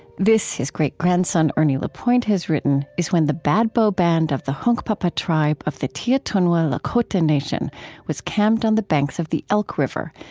this, his great grandson ernie lapointe has written, is when the bad bow band of the hunkpapa tribe of the tiatunwa lakota nation was camped on the banks of the elk river,